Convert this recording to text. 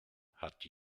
hat